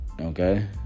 okay